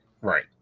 right